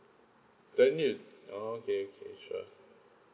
then it oh okay okay sure